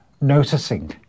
noticing